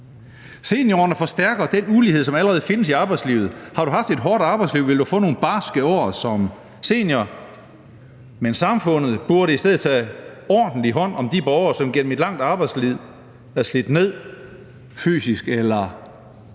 Seniorårene forstærker den ulighed, som allerede findes i arbejdslivet. Har du haft et hårdt arbejdsliv, vil du få nogle barske år som senior. Men samfundet burde i stedet tage ordentlig hånd om de borgere, som gennem et langt arbejdsliv er slidt ned fysisk eller